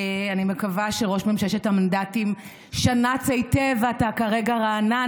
אני מקווה שראש ממששת המנדטים שנץ היטב ואתה כרגע רענן.